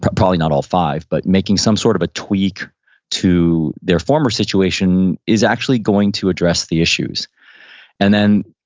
probably not all five, but making some sort of a tweak to their former situation is actually going to address the issues and then,